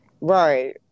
Right